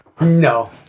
No